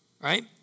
Right